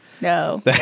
No